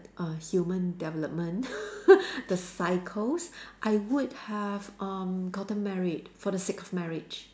uh human development the cycles I would have um gotten married for the sake of marriage